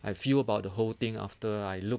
I feel about the whole thing after I look